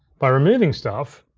by removing stuff,